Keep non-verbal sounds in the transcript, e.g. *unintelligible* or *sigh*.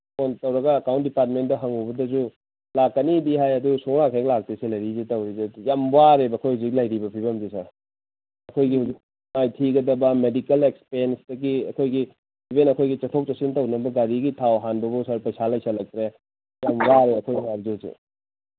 phone ꯇꯧꯔꯒ account department ꯍꯪꯉꯨꯕꯗꯁꯨ ꯂꯥꯛꯀꯅꯤꯗꯤ ꯍꯥꯏ ꯑꯗꯨ ꯁꯨꯡꯂꯥꯛ ꯍꯦꯛ ꯂꯥꯛꯇꯦ ꯁꯦꯂꯔꯤꯁꯦ ꯇꯧꯔꯤꯁꯦ ꯑꯗꯨ ꯌꯥꯝ ꯋꯥꯔꯦꯕ ꯑꯩꯈꯣꯏ ꯍꯧꯖꯤꯛ ꯂꯩꯔꯤꯕ ꯐꯤꯕꯝꯁꯦ ꯁꯥꯔ ꯑꯩꯈꯣꯏꯒꯤ ꯍꯧꯖꯤꯛ *unintelligible* ꯊꯤꯒꯗꯕ ꯃꯦꯗꯤꯀꯦꯜ ꯑꯦꯛꯁꯄꯦꯟꯁꯇꯒꯤ ꯑꯩꯈꯣꯏꯒꯤ ꯏꯚꯟ ꯑꯩꯈꯣꯏꯒꯤ ꯆꯠꯊꯣꯛ ꯆꯠꯁꯤꯟ ꯇꯧꯅꯕ ꯒꯥꯔꯤꯒꯤ ꯊꯥꯎ ꯍꯥꯟꯕꯐꯥꯎ ꯁꯥꯔ ꯄꯩꯁꯥ ꯂꯩꯁꯤꯜꯂꯛꯇ꯭ꯔꯦ ꯌꯥꯝ ꯋꯥꯔꯦ ꯑꯩꯈꯣꯏ ꯃꯌꯥꯝꯁꯦ ꯍꯧꯖꯤꯛ